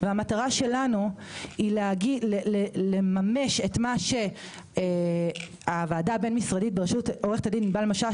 והמטרה שלנו היא לממש את מה שהוועדה הבין משרדית בראשות עו"ד ענבל משש